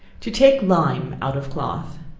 to take lime out of cloth.